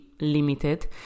limited